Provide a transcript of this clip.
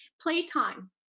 Playtime